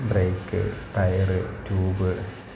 break tyre tube